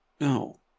No